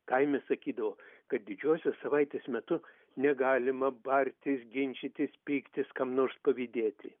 kaime sakydavo kad didžiosios savaitės metu negalima bartis ginčytis pyktis kam nors pavydėti